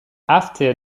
after